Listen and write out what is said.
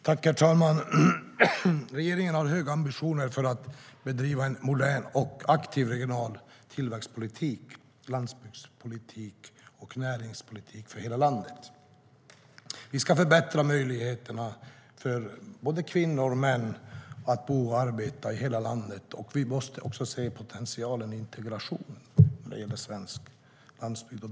Herr talman! Regeringen har höga ambitioner för att bedriva en modern och aktiv regional tillväxtpolitik, landsbygdspolitik och näringspolitik för hela landet. Vi ska förbättra möjligheterna för både kvinnor och män att bo och arbeta i hela landet, och vi måste också se potentialen i integration av den svenska landsbygden.